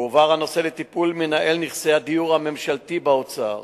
הועבר הנושא לטיפול מינהל נכסי הדיור הממשלתי באוצר,